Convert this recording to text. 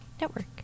network